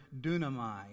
dunamai